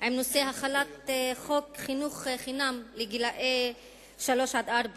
ועם נושא החלת חוק חינוך חינם לגילאי שלוש-ארבע.